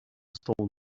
stones